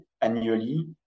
annually